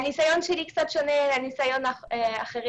הניסיון שלי קצת שונה מהניסיון של האחרים.